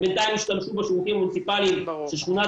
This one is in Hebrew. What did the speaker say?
הם בינתיים ישתמשו בשירותים המוניציפליים של שכונת